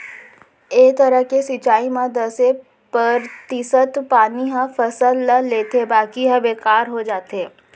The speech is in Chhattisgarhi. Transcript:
ए तरह के सिंचई म दसे परतिसत पानी ह फसल ल लेथे बाकी ह बेकार हो जाथे